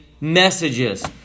messages